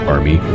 Army